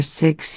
six